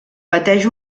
pateix